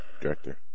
Director